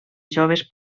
joves